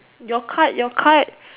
your card your card